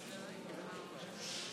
עוזי דיין,